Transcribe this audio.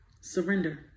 surrender